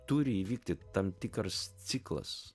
turi įvykti tam tikras ciklas